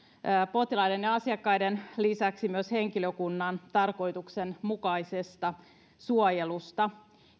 potilaiden ja asiakkaiden lisäksi myös henkilökunnan tarkoituksenmukaisesta suojelusta